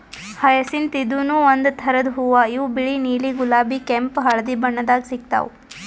hyacinth ಇದೂನು ಒಂದ್ ಥರದ್ ಹೂವಾ ಇವು ಬಿಳಿ ನೀಲಿ ಗುಲಾಬಿ ಕೆಂಪ್ ಹಳ್ದಿ ಬಣ್ಣದಾಗ್ ಸಿಗ್ತಾವ್